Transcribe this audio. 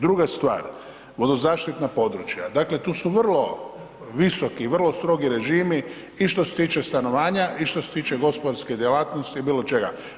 Druga stvar, vodozaštitna područja, dakle tu su vrlo visoki, vrlo strogi režimi i što se tiče stanovanja i što se tiče gospodarske djelatnosti, bilo čega.